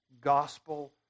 gospel